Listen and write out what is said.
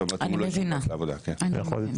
אני מבינה, אוקי.